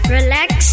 Relax